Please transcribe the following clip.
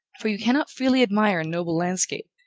for you cannot freely admire a noble landscape,